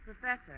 Professor